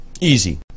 Easy